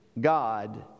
God